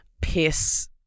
piss